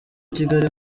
kigali